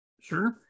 Sure